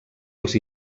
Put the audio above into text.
els